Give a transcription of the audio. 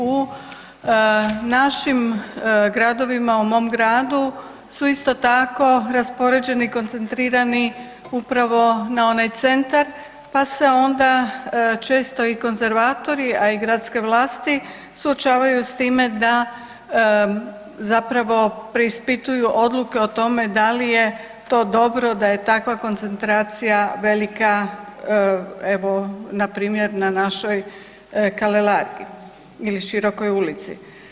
U našim gradovima, u mom gradu su isto tako raspoređeni i koncentrirani upravo na onaj centar, pa se onda često i konzervatori, a i gradske vlasti suočavaju s time da zapravo preispituju odluke o tome da li je to dobro da je takva koncentracija velika, evo npr. na našoj Kalelargi ili Širokoj ulici.